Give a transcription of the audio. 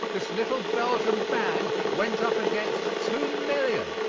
this little belgium band went up against two million.